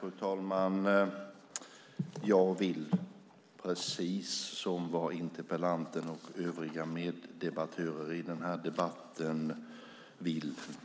Fru talman! Jag vill precis som interpellanten och övriga meddebattörer